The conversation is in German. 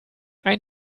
ein